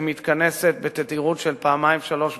היא מתכנסת בתדירות של פעמיים-שלוש בשבוע.